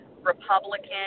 Republican